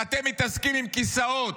ואתם מתעסקים בכיסאות.